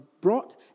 brought